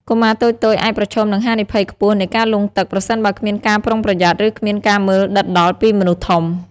កុមារតូចៗអាចប្រឈមនឹងហានិភ័យខ្ពស់នៃការលង់ទឹក ប្រសិនបើគ្មានការប្រុងប្រយ័ត្ន ឬគ្មានការមើលដិតដល់ពីមនុស្សធំ។